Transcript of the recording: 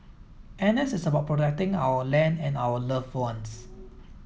N S is about protecting our land and our loved ones